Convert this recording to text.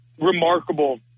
remarkable